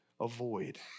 avoid